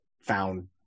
found